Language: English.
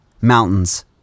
Mountains